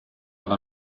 alla